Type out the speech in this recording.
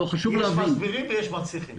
יש את המסבירים ויש את המצליחים.